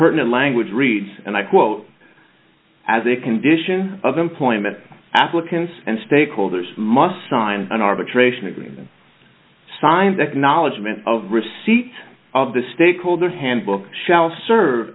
pertinent language reads and i quote as a condition of employment applicants and stakeholders must sign an arbitration agreement signed that knowledge ment of receipt of the stakeholder handbook shall serve